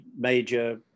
Major